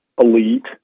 elite